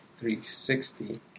360